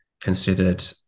considered